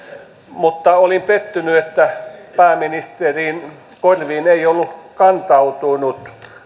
mutta olin pettynyt että pääministerin korviin eivät olleet kantautuneet